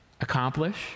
accomplish